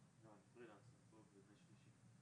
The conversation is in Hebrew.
פלבוטומיסט ולא עובד יחידת טיפולי בית?